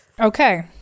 Okay